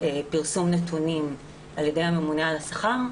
פרסום נתונים על ידי הממונה על השכר.